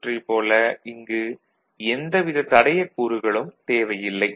சுற்றைப் போல இங்கு எந்த வித தடையக் கூறுகளும் தேவையில்லை